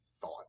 Thought